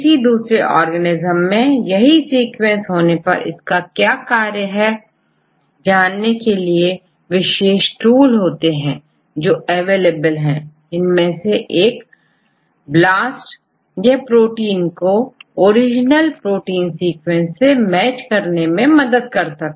किसी दूसरे ऑर्गेनेज्म में यही सीक्वेंस होने पर उनका क्या कार्य है जानने के लिए विशेष टूल होते हैं जो अवेलेबल हैं इनमें से एकBLAST यह प्रोटीन को ओरिजिनल प्रोटीन सीक्वेंस से मैच कर समझने में मदद करता है